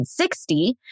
1960